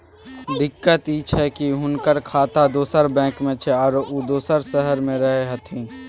दिक्कत इ छै की हुनकर खाता दोसर बैंक में छै, आरो उ दोसर शहर में रहें छथिन